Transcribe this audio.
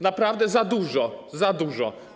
Naprawdę za dużo, za dużo.